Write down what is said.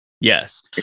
yes